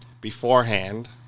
beforehand